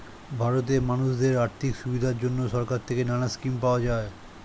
ভারতে মানুষদের আর্থিক সুবিধার জন্যে সরকার থেকে নানা স্কিম পাওয়া যায়